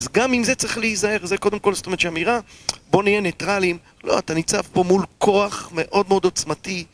אז גם עם זה צריך להיזהר, זה קודם כל, זאת אומרת שהאמירה, בוא נהיה ניטרלים, לא אתה ניצב פה מול כוח מאוד מאוד עוצמתי